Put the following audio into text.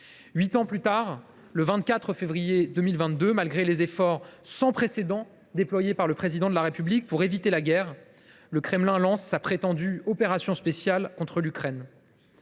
Huit ans plus tard, le 24 février 2022, malgré les efforts sans précédent déployés par le Président de la République pour éviter la guerre, le Kremlin lance sa prétendue « opération spéciale » contre l’Ukraine.